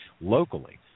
locally